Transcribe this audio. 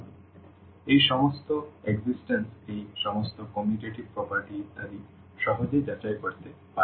সুতরাং এই সমস্ত অস্তিত্ব এই সমস্ত কমিউট্যাটিভ প্রপার্টি ইত্যাদি সহজে যাচাই করতে পারে